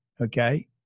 Okay